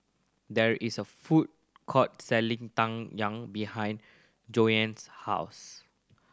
there is a food court selling Tang Yuen behind Jovanny's house